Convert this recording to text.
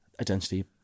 identity